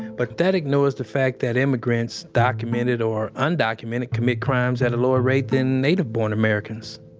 but that ignores the fact that immigrants documented or undocumented commit crimes at a lower rate than native-born americans